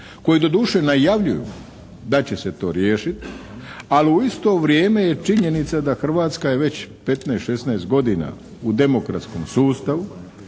koji doduše najavljuju da će se to riješiti ali u isto vrijeme je činjenica da je Hrvatska već 15-16 godina u demokratskom sustavu,